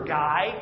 guy